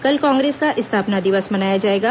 कल कांग्रेस का स्थापना दिवस मनाया जाएगा